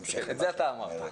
את זה אתה אמרת.